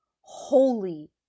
Holy